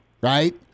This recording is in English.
right